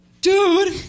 Dude